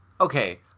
okay